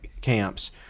camps